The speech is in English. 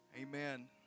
Amen